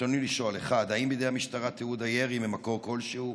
ברצוני לשאול: 1. האם בידי המשטרה תיעוד הירי ממקור כלשהו?